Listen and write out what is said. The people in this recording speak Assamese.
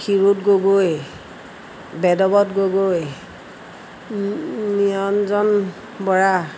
শিৰোদ গগৈ বেদৱত গগৈ নিৰঞ্জন বৰা